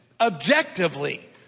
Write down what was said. Objectively